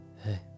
Hey